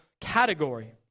category